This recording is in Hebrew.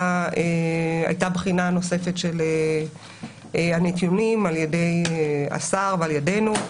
הייתה בחינה נוספת של הנתונים על ידי השר ועל ידינו.